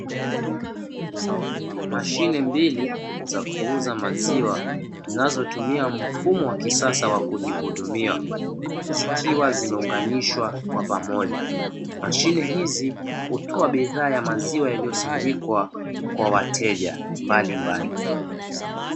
Mashine mbili za kuuza maziwa zinazotumia mfumo wa kisasa wa kujihudumia zikiwa zimeunganishwa kwa pamoja mashine hizi hutoa bidhaa ya maziwa yaliyosindikwa wa wateja mbalimbali.